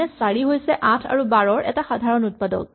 মানে ৪ হৈছে ৮ আৰু ১২ ৰ এটা সাধাৰণ উৎপাদক